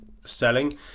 selling